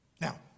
Now